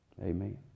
amen